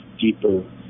deeper